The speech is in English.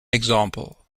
example